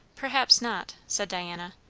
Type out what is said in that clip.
perhaps not, said diana.